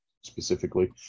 specifically